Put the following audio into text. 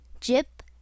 JIP